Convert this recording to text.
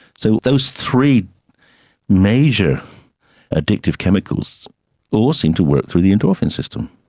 so those three major addictive chemicals all seem to work through the endorphin system,